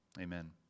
Amen